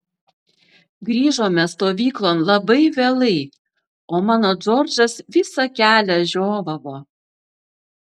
grįžome stovyklon labai vėlai o mano džordžas visą kelią žiovavo